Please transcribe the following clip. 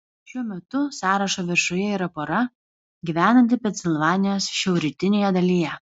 šiuo metu sąrašo viršuje yra pora gyvenanti pensilvanijos šiaurrytinėje dalyje